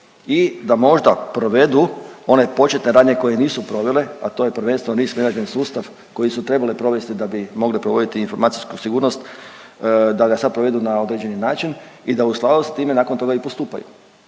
i da možda provedu one početne radnje koje nisu provele, a to je prvenstveno NIS managment sustav koji su trebale provesti da bi mogle provoditi informacijsku sigurnost, da ga sad provedu na određeni način i da u skladu s time nakon toga i postupaju.